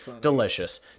Delicious